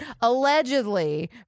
allegedly